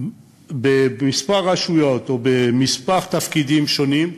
בכמה רשויות או בכמה תפקידים שונים,